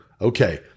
okay